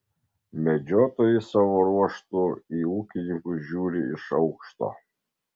medžiotojai savo ruožtu į ūkininkus žiūri iš aukšto